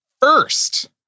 first